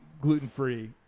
gluten-free